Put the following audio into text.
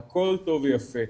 הכל טוב ויפה.